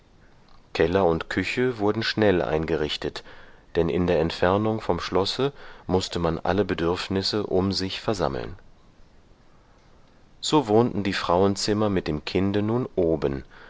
keller und küche wurden schnell eingerichtet denn in der entfernung vom schlosse mußte man alle bedürfnisse um sich versammeln so wohnten die frauenzimmer mit dem kinde nun oben